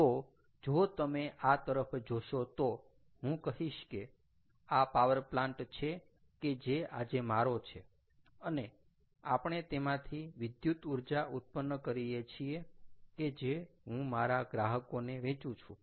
તો જો તમે આ તરફ જોશો તો હું કહીશ કે આ પાવર પ્લાન્ટ છે કે જે આજે મારો છે અને આપણે તેમાંથી વિદ્યુત ઊર્જા ઉત્પન્ન કરીએ છીએ કે જે હું મારા ગ્રાહકોને વેચું છું